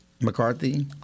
McCarthy